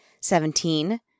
Seventeen